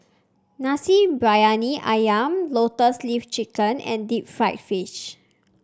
Nasi Briyani ayam Lotus Leaf Chicken and Deep Fried Fish